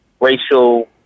racial